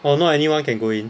orh not anyone can go in